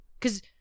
cause